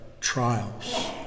trials